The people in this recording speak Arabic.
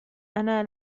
أنا